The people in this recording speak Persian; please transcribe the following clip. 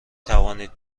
توانید